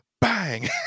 Bang